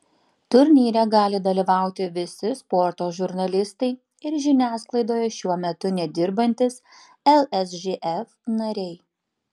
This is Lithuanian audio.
turnyre gali dalyvauti visi sporto žurnalistai ir žiniasklaidoje šiuo metu nedirbantys lsžf nariai